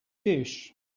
dish